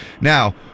Now